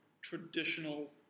traditional